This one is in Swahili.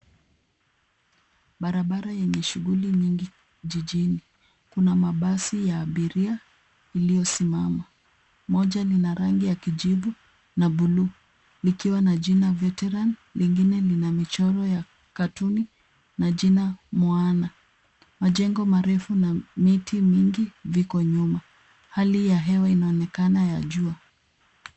Barabara yenye shughuli nyingi jijini. Kuna mabasi ya abiria iliyosimama. Moja lina rangi ya kijivu na buluu likiwa na jina veteran , lingine lina michoro ya katuni na jina Moana . Majengo marefu na miti vingi viko nyuma. Hali ya hewa inaonekana ya jua.